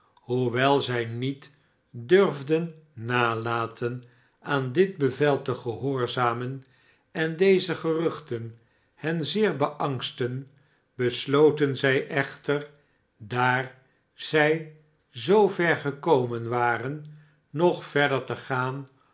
hoewel zij niet durfden nalaten aan dit bevel te gehoorzamen en deze geruchten hen zeer beangstten besloten zij echter daar zij zoover gekomen waren nog verder te gaan